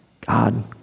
God